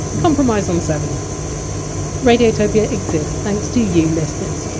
compromise on seven radiotopia exists thanks to you listeners.